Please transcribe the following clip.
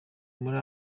muri